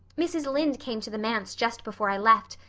mrs. lynde came to the manse just before i left,